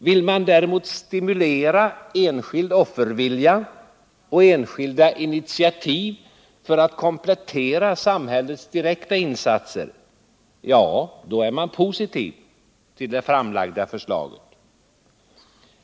Vill man däremot stimulera enskild offervilja och enskilda initiativ för att komplettera samhällets direkta insatser, ja, då är man positiv till det framlagda förslaget.